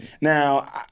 Now